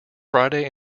friday